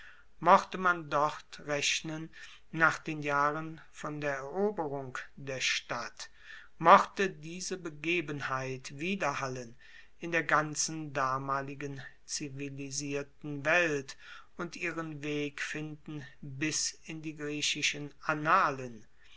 mochte man dort rechnen nach den jahren von der eroberung der stadt mochte diese begebenheit widerhallen in der ganzen damaligen zivilisierten welt und ihren weg finden bis in die griechischen annalen